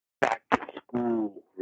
back-to-school